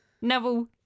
Neville